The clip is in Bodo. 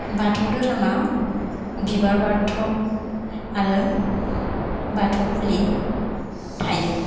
बाथौ दोहोरोमा बिबार बाथौ आरो बाथौ बुलि थायो